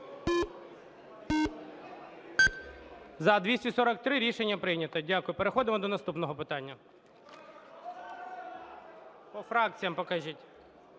За-243 Рішення прийнято. Дякую. Переходимо до наступного питання. По фракціях покажіть.